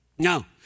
No